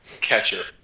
Catcher